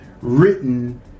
written